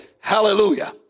Hallelujah